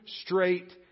straight